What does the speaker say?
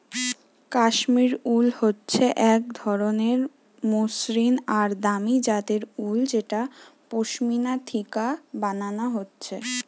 কাশ্মীর উল হচ্ছে এক অতি মসৃণ আর দামি জাতের উল যেটা পশমিনা থিকে বানানা হচ্ছে